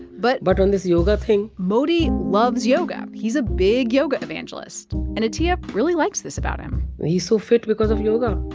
but. but on this yoga thing. modi loves yoga. he's a big yoga evangelist. and atiya really likes this about him he's so fit because of yoga.